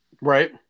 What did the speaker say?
Right